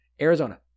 arizona